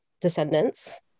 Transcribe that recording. descendants